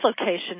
location